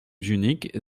junique